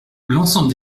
l’ensemble